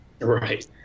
right